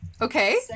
okay